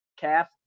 calf